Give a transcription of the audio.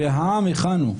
והעם היכן הוא?